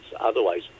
Otherwise